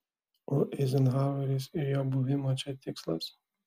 o eizenhaueris ir jo buvimo čia tikslas